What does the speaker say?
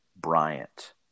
Bryant